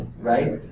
right